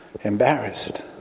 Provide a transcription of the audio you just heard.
embarrassed